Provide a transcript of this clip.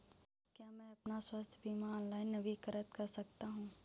क्या मैं अपना स्वास्थ्य बीमा ऑनलाइन नवीनीकृत कर सकता हूँ?